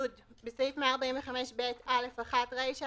(י)בסעיף 145ב(א)(1) רישה,